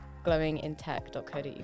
glowingintech.co.uk